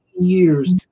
years